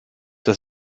das